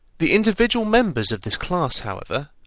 the individual members of this class, however,